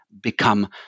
become